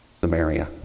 Samaria